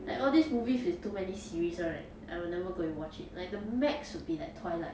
like all these movies with too many series one right I will never go and watch it like the max would be like twilight